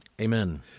Amen